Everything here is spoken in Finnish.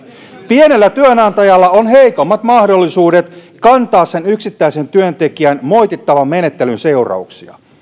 pienellä työnantajalla on heikommat mahdollisuudet kantaa yksittäisen työntekijän moitittavan menettelyn seurauksia